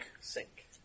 sink